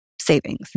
savings